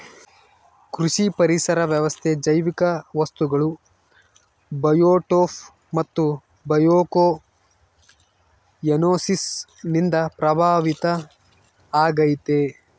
ಕೃಷಿ ಪರಿಸರ ವ್ಯವಸ್ಥೆ ಜೈವಿಕ ವಸ್ತುಗಳು ಬಯೋಟೋಪ್ ಮತ್ತು ಬಯೋಕೊಯನೋಸಿಸ್ ನಿಂದ ಪ್ರಭಾವಿತ ಆಗೈತೆ